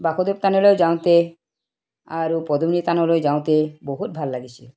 বাসুদেৱ থানলৈ যাওঁতে আৰু পদুমী থানলৈ যাওঁতে বহুত ভাল লাগিছিল